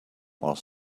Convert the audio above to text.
while